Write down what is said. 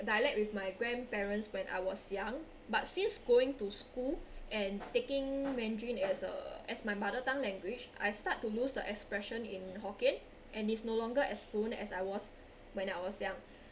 dialect with my grandparents when I was young but since going to school and taking mandarin as uh as my mother tongue language I start to lose the expression in hokkien and is no longer as fluent as I was when I was young